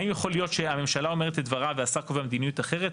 האם יכול להיות שהממשלה אומרת את דברה והשר קובע מדיניות אחרת?